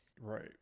Right